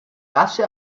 rasche